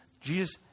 Jesus